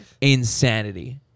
Insanity